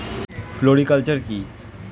Floriculture কি?